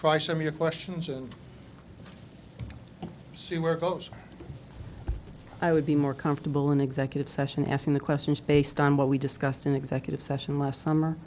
try some your questions and see where it goes i would be more comfortable in executive session asking the questions based on what we discussed in executive session last summer